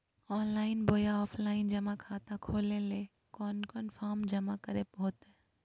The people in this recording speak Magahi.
ऑनलाइन बोया ऑफलाइन जमा खाता खोले ले कोन कोन फॉर्म जमा करे होते?